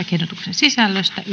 sisällöstä